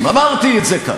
אנסה להשתפר,